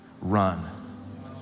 run